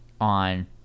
on